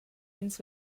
ins